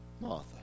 Martha